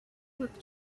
look